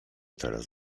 teraz